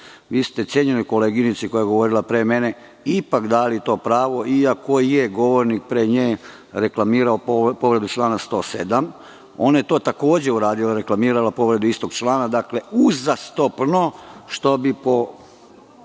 ste cenjenoj koleginici koja je govorila pre mene ipak dali to pravo, iako je govornik pre nje reklamirao povredu člana 107, a ona je to takođe uradila, reklamirala povredu istog člana, uzastopno, što bi po